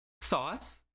Sauce